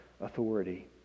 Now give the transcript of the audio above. authority